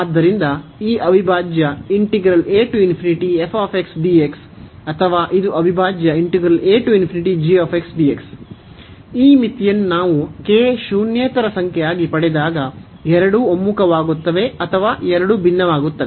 ಆದ್ದರಿಂದ ಈ ಅವಿಭಾಜ್ಯ ಅಥವಾ ಇದು ಅವಿಭಾಜ್ಯ ಈ ಮಿತಿಯನ್ನು ನಾವು ಶೂನ್ಯೇತರ ಸಂಖ್ಯೆಯಾಗಿ ಪಡೆದಾಗ ಎರಡೂ ಒಮ್ಮುಖವಾಗುತ್ತವೆ ಅಥವಾ ಎರಡೂ ಭಿನ್ನವಾಗುತ್ತವೆ